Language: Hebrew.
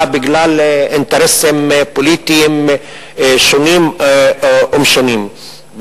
בגלל אינטרסים פוליטיים שונים ומשונים.